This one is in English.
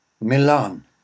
Milan